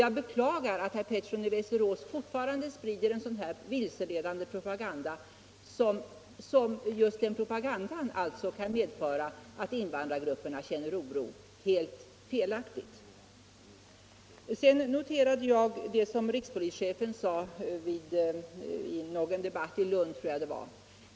Jag beklagar att herr Pettersson i Västerås fortfarande Tisdagen den sprider en sådan här vilseledande propaganda, som i sig kan medföra 13 maj 1975 att invandrargrupperna känner oro, helt felaktigt. 025 Hllrär FORTS P IRIS Sedan noterade jag det rikspolischefen sade i någon debatt, jag tror — Fortsatt giltighet av det var i Lund.